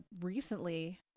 recently